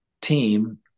team